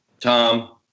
Tom